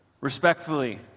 respectfully